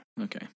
okay